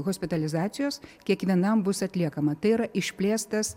hospitalizacijos kiekvienam bus atliekama tai yra išplėstas